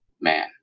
man